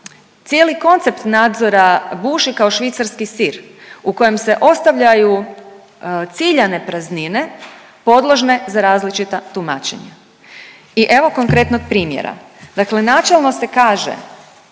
cijeli koncept nadzora buši kao švicarski sir u kojem se ostavljaju ciljane praznine podložne za različita tumačenja. I evo konkretnog primjera. Dakle, načelno se kaže